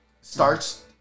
starts